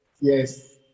Yes